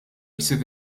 jsir